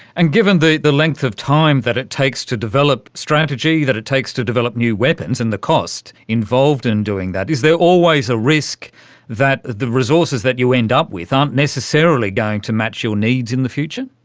and given the the length of time that it takes to develop strategy, that it takes to develop new weapons and the cost involved in doing that, is there always always a risk that the resources that you end up with aren't necessarily going to match your needs in the future?